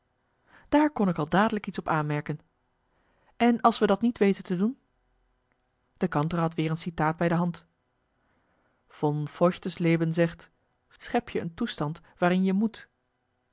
daar kon ik al dadelijk iets op aanmerken en als we dat niet weten te doen de kantere had weer een citaat bij de hand von feuchtersleben zegt schep je een toestand waarin je moet